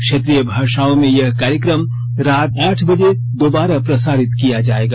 क्षेत्रीय भाषाओं में यह कार्यक्रम रात आठ बजे दोबारा प्रसारित किया जाएगा